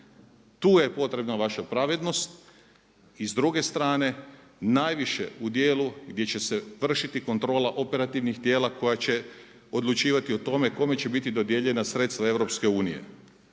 Tu je potrebna vaša pravednost. S druge strane najviše u dijelu gdje će se vršiti kontrola operativnih tijela koja će odlučivati o tome kome će biti dodijeljena sredstva EU.